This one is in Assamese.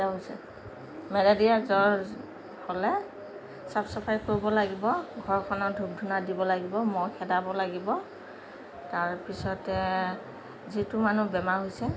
মেলেৰিয়াৰ জ্বৰ হ'লে চাফ চাফাই কৰিব লাগিব ঘৰখনৰ ধূপ ধূনা দিব লাগিব মহ খেদাব লাগিব তাৰপিছতে যিটো মানুহ বেমাৰ হৈছে